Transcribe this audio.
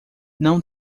não